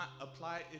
apply